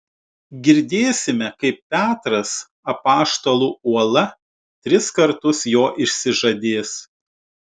girdėsime kaip petras apaštalų uola tris kartus jo išsižadės